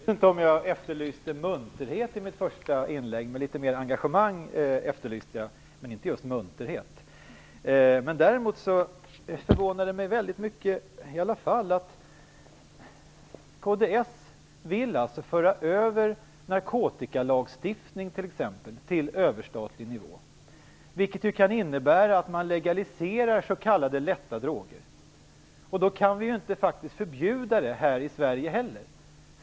Fru talman! Jag vet inte om jag efterlyste munterhet i mitt första inlägg. Litet mer engagemang efterlyste jag, men inte just munterhet. Däremot förvånar det mig i alla fall väldigt mycket att kds alltså vill föra över t.ex. narkotikalagstiftning till överstatlig nivå, vilket kan innebära att man legaliserar s.k. lätta droger. Då kan vi faktiskt inte förbjuda dem här i Sverige heller.